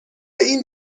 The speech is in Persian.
این